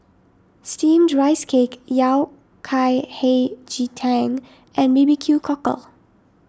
Steamed Rice Cake Yao Cai Hei Ji Tang and B B Q Cockle